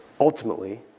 ultimately